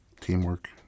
teamwork